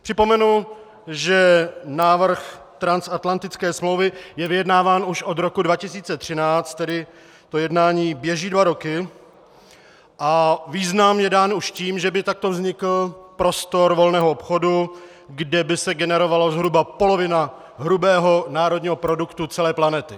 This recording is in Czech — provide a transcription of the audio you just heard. Připomenu, že návrh transatlantické smlouvy je vyjednáván už od roku 2013, tedy jednání běží dva roky, a význam je dán už tím, že by takto vznikl prostor volného obchodu, kde by se generovala zhruba polovina hrubého národního produktu celé planety.